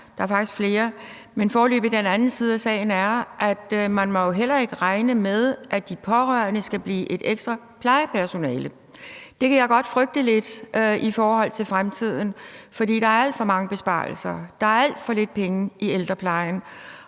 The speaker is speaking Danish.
der er faktisk flere sider, men foreløbig tager vi den anden side af sagen – at man jo heller ikke må regne med, at de pårørende skal blive ekstra plejepersonale. Det kan jeg godt frygte lidt i forhold til fremtiden, for der er alt for mange besparelser, og der er alt for lidt penge i ældreplejen.